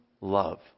love